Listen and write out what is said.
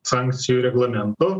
sankcijų reglamentu